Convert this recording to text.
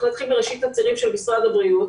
להתחיל מראשית הצירים של משרד הבריאות,